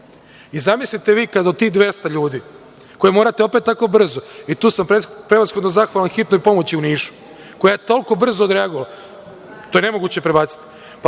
uslugu. Zamislite vi kada od tih 200 ljudi, koje morate tako brzo, i tu sam prevashodno zahvalan hitnoj pomoći u Nišu, koja je toliko brzo odreagovala, to je nemoguće prebaciti.